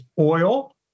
oil